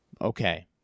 Okay